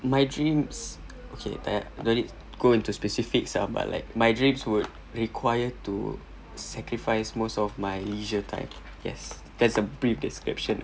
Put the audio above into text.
my dreams okay tak yah let it go into specifics ah but like my dreams would require to sacrifice most of my leisure time yes that's a brief description